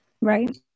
right